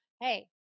hey